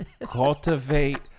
Cultivate